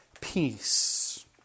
peace